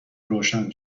روشن